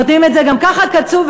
נותנים את זה גם ככה קצוב,